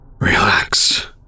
Relax